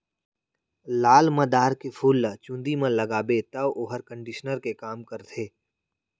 लाल मंदार के फूल ल चूंदी म लगाबे तौ वोहर कंडीसनर के काम करथे